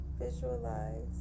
Visualize